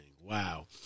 Wow